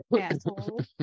asshole